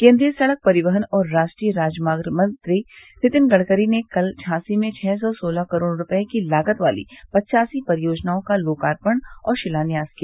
केन्द्रीय सड़क परिवहन और राष्ट्रीय राजमार्ग मंत्री नितिन गडकरी ने कल झांसी में छः सौ सोलह करोड़ रूपये की लागत वाली पच्चासी परियोजनाओं का लोकार्पण और शिलान्यास किया